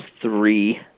three